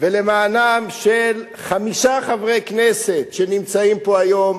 ולמענם של חמישה חברי כנסת שנמצאים פה היום,